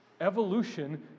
Evolution